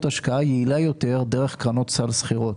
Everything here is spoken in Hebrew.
השקעה יעילה יותר דרך קרנות סל סחירות.